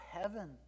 heaven